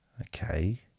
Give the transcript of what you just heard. okay